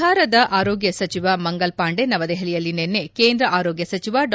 ಬಿಹಾರದ ಆರೋಗ್ಲ ಸಚಿವ ಮಂಗಲ್ ಪಾಂಡೆ ನವದೆಹಲಿಯಲ್ಲಿ ನಿನ್ನೆ ಕೇಂದ್ರ ಆರೋಗ್ಲ ಸಚಿವ ಡಾ